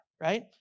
right